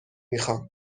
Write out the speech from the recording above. میخام